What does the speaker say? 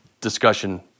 discussion